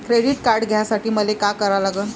Credit card घ्यासाठी मले का करा लागन?